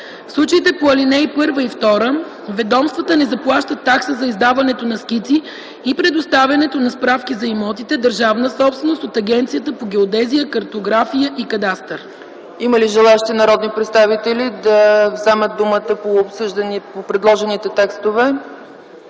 В случаите по ал. 1 и 2 ведомствата не заплащат такса за издаването на скици и предоставянето на справки за имотите - държавна собственост, от Агенцията по геодезия, картография и кадастър.” ПРЕДСЕДАТЕЛ ЦЕЦКА ЦАЧЕВА: Има ли желаещи народни представители да вземат думата по предложените текстове?